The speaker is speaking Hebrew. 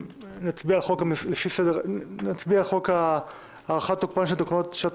נצביע על חוק הארכת תוקפן של תקנות שעת